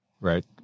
right